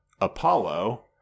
Apollo